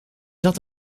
zat